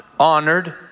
Honored